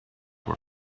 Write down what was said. were